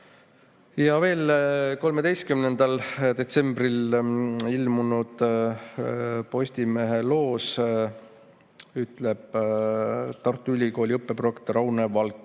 Ja veel, 13. detsembril ilmunud Postimehe loos ütleb Tartu Ülikooli õppeprorektor Aune Valk